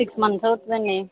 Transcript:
six months అవుతుందని